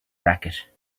racket